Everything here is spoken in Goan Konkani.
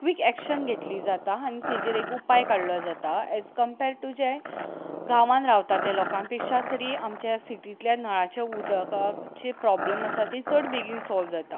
क्वीक एक्शन घेतली जाता आनी तेजेर उपाय काडलो जाता एज कंपेर टू जें गांवान रावता त्या लोकां पेक्षा तरी आमचें सिटींतल्या नळाचें उदकाची प्रोब्लेम आसा ती चड बेगीन सोल्व जाता